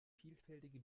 vielfältige